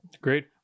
great